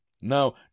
Now